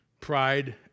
pride